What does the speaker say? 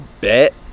bet